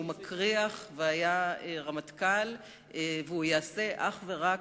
מקריח והיה רמטכ"ל והוא יעשה אך ורק